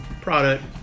product